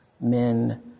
men